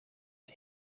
een